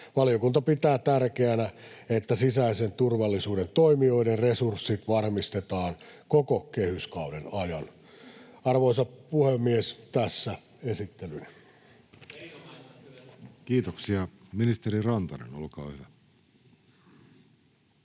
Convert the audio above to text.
Valiokunta pitää tärkeänä, että sisäisen turvallisuuden toimijoiden resurssit varmistetaan koko kehyskauden ajan. Arvoisa puhemies! Tässä esittelyni. [Timo Heinonen: Erinomaista